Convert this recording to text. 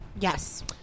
Yes